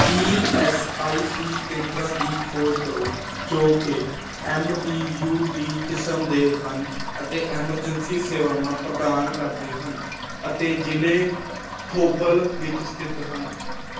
E S I C ਕੇਂਦਰਾਂ ਦੀ ਖੋਜ ਕਰੋ ਜੋ ਕਿ ਐੱਮ ਈ ਕਿਸਮ ਦੇ ਹਨ ਅਤੇ ਐਮਰਜੈਂਸੀ ਸੇਵਾਵਾਂ ਪ੍ਰਦਾਨ ਕਰਦੇ ਹਨ ਅਤੇ ਜ਼ਿਲ੍ਹੇ ਥੌਬਲ ਵਿੱਚ ਸਥਿਤ ਹਨ